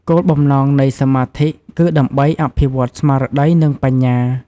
គោលបំណងនៃសមាធិគឺដើម្បីអភិវឌ្ឍស្មារតី និងបញ្ញា។